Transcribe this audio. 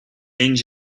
change